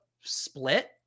split